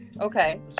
Okay